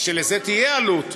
לזה תהיה עלות,